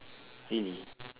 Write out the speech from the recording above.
really